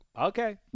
Okay